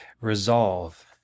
resolve